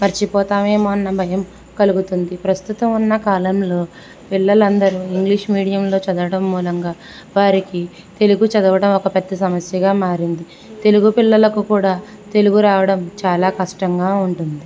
మరచిపోతామేమో అన్న భయం కలుగుతుంది ప్రస్తుతం ఉన్న కాలంలో పిల్లలందరూ ఇంగ్లీష్ మీడియంలో చదవడం మూలంగా వారికి తెలుగు చదవడం ఒక పెద్ద సమస్యగా మారింది తెలుగు పిల్లలకు కూడా తెలుగు రావడం చాలా కష్టంగా ఉంటుంది